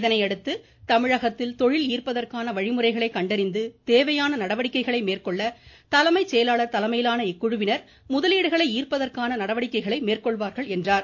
இதனையடுத்து தமிழகத்தில் தொழில் ஈர்ப்பதற்கான வழிமுறைகளை கண்டறிந்து தேவையான நடவடிக்கைகளை மேற்கொள்ள தலைமை செயலாளர் தலைமையிலான இக்குழுவினர் முதலீடுகளை ஈர்ப்பதற்கான நடவடிக்கைகளை மேற்கொள்வார்கள் என்றார்